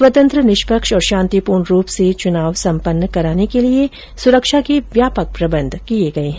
स्वतंत्र निष्पक्ष और शांतिपूर्ण रूप से चुनाव सम्पन्न कराने के लिए सुरक्षा के व्यापक प्रबंध किए गए है